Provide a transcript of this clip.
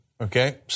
okay